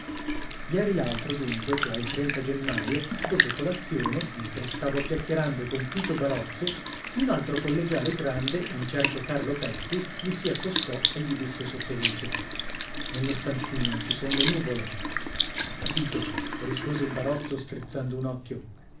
ieri l'altro dunque cioè il ennaio dopo colazione mentre stavo chiacchierando con tito barozzo un altro collegiale grande un certo carlo pezzi gli si accostò e gli disse sottovoce nello stanzino ci son le nuvole ho capito rispose il barozzo strizzando un occhio